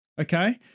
Okay